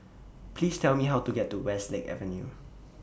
Please Tell Me How to get to Westlake Avenue